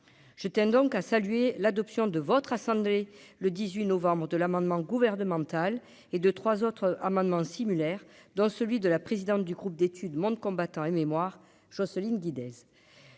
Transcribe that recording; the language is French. je tiens donc à saluer l'adoption de votre assemblée, le 18 novembre de l'amendement gouvernemental et de 3 autres amendements similaires dans celui de la présidente du Groupe d'études monde combattant et mémoire Jocelyne Guidez,